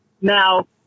now